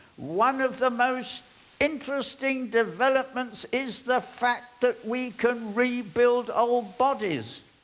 one of the most interesting developments is the fact that we can rebuild old bodies.